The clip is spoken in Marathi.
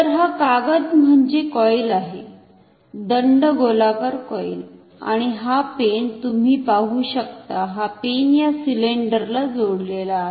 तर हा कागद म्हणजे कॉईल आहे दंडगोलाकार कॉईल आणि हा पेन तुम्ही पाहु शकता हा पेन या सिलेंडर ला जोडलेला आहे